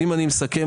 לסיכום,